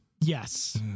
Yes